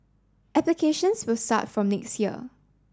applications will start from next year